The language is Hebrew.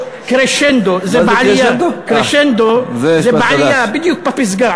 קרשנדו, זה בעלייה, בדיוק בפסגה.